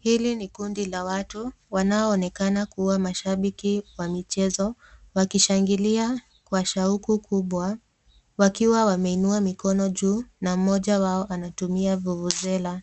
Hili ni kundi la watu wanaonekana kuwa mashabiki wa mchezo wakishangilia Kwa shauku kubwa wakiwa wameinua mikono juu na mmoja wao anatumia fufuzela.